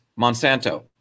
Monsanto